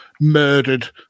Murdered